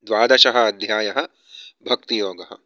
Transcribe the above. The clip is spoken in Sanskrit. द्वादशोध्यायः भक्तियोगः